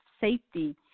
safety